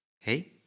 hey